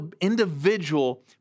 individual